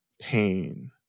pain